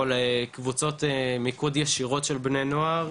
או לקבוצות מיקוד ישירות של בני נוער,